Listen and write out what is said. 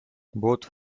both